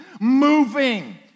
moving